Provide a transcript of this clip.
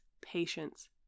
patience